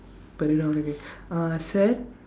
அப்ப இருக்குடா உனக்கு:appa irukkudaa unakku uh sir